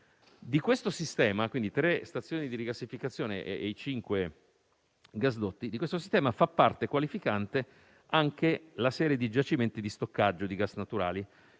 Di questo sistema - composto quindi da tre stazioni di rigassificazione e cinque gasdotti - fa parte qualificante anche la serie di giacimenti di stoccaggio di gas naturale.